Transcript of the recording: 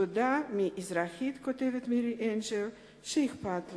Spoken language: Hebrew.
תודה מאזרחית, כותבת מירי אנג'ל, שאכפת לה,